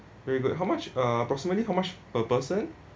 very good how much uh approximately how much per person